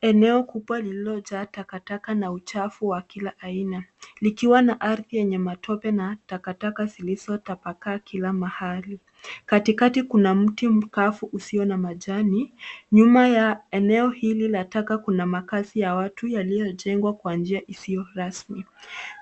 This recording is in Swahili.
Eneo kubwa lililojaa takataka na uchafu wa kila aina likiwa na ardhi yenye matope na takataka zilizotapaka kila mahali. Katikati kuna mti mkavu usio na majani. Nyuma ya eneo hili la taka kuna makazi ya watu yaliyojengwa kwa njia isiyo rasmi